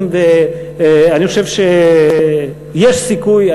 אני חושב שיש סיכוי.